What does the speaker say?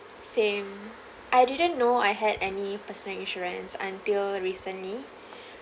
same I didn't know I had any personal insurance until recently